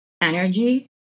energy